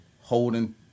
Holding